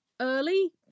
early